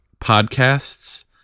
podcasts